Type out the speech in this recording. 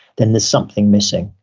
then there's something missing.